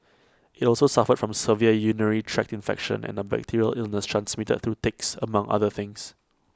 IT also suffered from severe urinary tract infection and A bacterial illness transmitted through ticks among other things